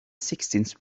sixteenth